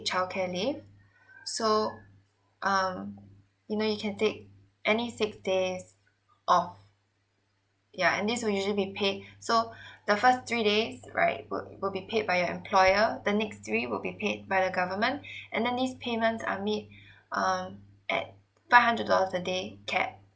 childcare leave so um you know you can take any six days of yeah and this will usually be paid so the first three days right will will be paid by employer the next three will be paid by the government and then these payment are meet um at five hundred dollars a day cap